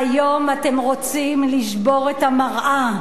היום אתם רוצים לשבור את המראה,